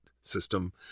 system